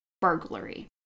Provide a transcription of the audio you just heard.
burglary